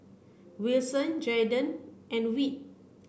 Wilson Jaiden and Whit